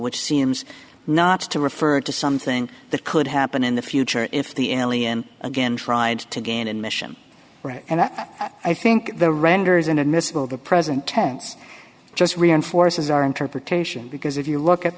which seems not to refer to something that could happen in the future if the alien again tried to gain admission right and i think the renders inadmissible the present tense just reinforces our interpretation because if you look at